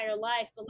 life